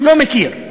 לא מכיר.